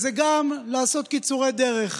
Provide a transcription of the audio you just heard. זה גם לעשות קיצורי דרך,